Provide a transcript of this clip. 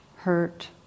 hurt